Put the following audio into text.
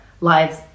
lives